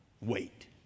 wait